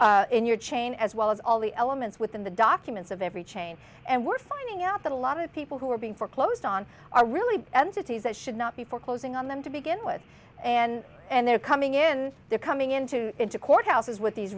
in your chain as well as all the elements within the documents of every chain and we're finding out that a lot of the people who are being foreclosed on are really entities that should not be foreclosing on them to begin with and and they're coming in they're coming into into courthouses with these